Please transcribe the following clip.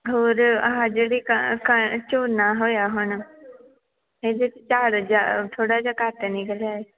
ਹੋਰ ਆਹ ਜਿਹੜੀ ਕ ਕ ਝੋਨਾ ਹੋਇਆ ਹੁਣ ਇਹਦੇ 'ਚ ਝਾੜ ਜਿਹਾ ਥੋੜ੍ਹਾ ਜਿਹਾ ਘੱਟ ਨਿਕਲਿਆ ਹੈ